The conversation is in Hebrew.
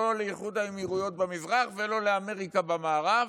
לא לאיחוד האמירויות במזרח ולא לאמריקה במערב,